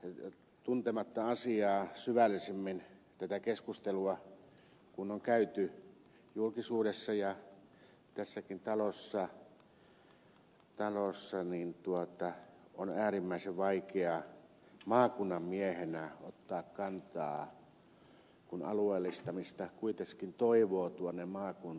täysin tuntematta asiaa syvällisemmin tätä keskustelua kun on käyty julkisuudessa ja tässäkin talossa on äärimmäisen vaikeaa maakunnan miehenä ottaa kantaa kun alueellistamista kuitenkin toivoo tuonne maakuntiin